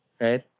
right